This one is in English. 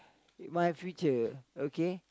my future okay